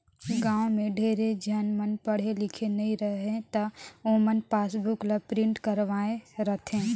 गाँव में ढेरे झन मन पढ़े लिखे नई रहें त ओमन पासबुक ल प्रिंट करवाये रथें